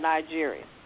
Nigeria